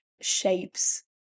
shapes